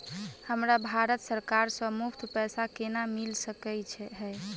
हमरा भारत सरकार सँ मुफ्त पैसा केना मिल सकै है?